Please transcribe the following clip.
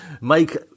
Mike